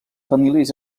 famílies